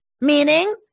Meaning